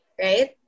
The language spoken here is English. right